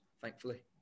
thankfully